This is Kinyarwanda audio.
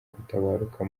gutabaruka